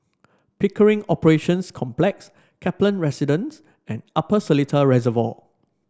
Pickering Operations Complex Kaplan Residence and Upper Seletar Reservoir